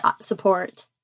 support